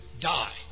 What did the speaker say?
die